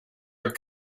your